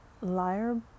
Liar